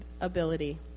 ability